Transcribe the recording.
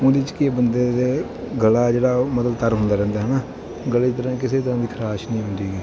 ਉਹਦੇ 'ਚ ਕੀ ਬੰਦੇ ਦਾ ਗਲਾ ਹੈ ਜਿਹੜਾ ਮਤਲਬ ਤਰਲ ਹੁੰਦਾ ਰਹਿੰਦਾ ਹੈ ਨਾ ਗਲੇ ਤਰ੍ਹਾਂ ਕਿਸੇ ਤਰ੍ਹਾਂ ਦੀ ਖਰਾਸ਼ ਨਹੀਂ ਹੁੰਦੀ ਹੈਗੀ